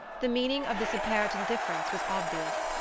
the meaning of this apparent indifference was obvious.